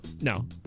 no